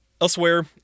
Elsewhere